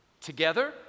together